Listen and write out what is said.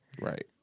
Right